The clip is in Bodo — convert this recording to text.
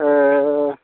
ओ